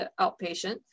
outpatient